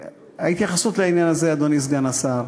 התייחסות לעניין הזה, אדוני סגן השר.